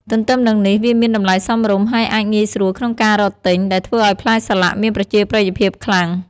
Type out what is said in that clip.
ទន្ទឹមនឹងនេះ វាមានតម្លៃសមរម្យ ហើយអាចងាយស្រួលក្នុងការរកទិញ ដែលធ្វើឱ្យផ្លែសាឡាក់មានប្រជាប្រិយភាពខ្លាំង។